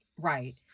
Right